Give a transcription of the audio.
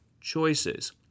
choices